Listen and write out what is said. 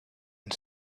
and